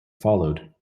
followed